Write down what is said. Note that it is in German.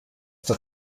der